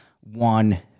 one